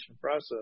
process